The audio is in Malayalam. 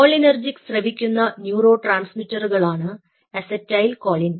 കോളിനെർജിക് സ്രവിക്കുന്ന ന്യൂറോ ട്രാൻസ്മിറ്ററുകളാണ് അസറ്റൈൽകോളിൻ